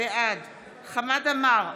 בעד חמד עמאר,